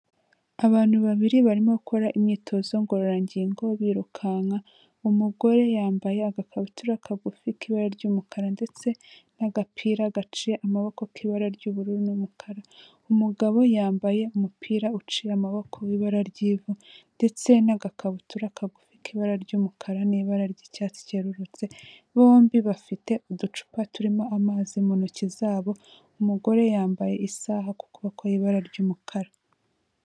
Abantu babiri barimo bakora imyitozo ngororangingo birukanka, umugore yambaye agakabutura kagufi k'ibara ry'umukara ndetse n'agapira gaciye amaboko k'ibara ry'ubururu n'umukara, umugabo yambaye umupira uciye amaboko ibara ry'ivu ndetse n'agakabutura kagufi k'ibara ry'umukara n'i ibara ry'icyatsi kerurutse, bombi bafite uducupa turimo amazi mu ntoki zabo, umugore yambaye isaha ku kuboko y'ibara ry'umukara.